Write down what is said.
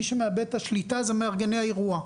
מי שמאבד את השליטה אלה מארגני האירוע.